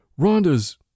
Rhonda's